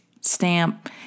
stamp